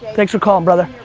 thanks for calling, brother.